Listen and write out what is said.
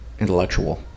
Intellectual